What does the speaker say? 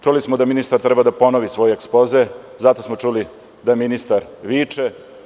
Čuli smo da ministar treba da ponovi svoj ekspoze, zatim smo čuli da ministar viče.